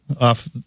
off